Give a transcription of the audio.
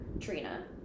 Trina